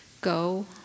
Go